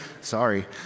sorry